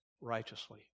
righteously